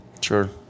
Sure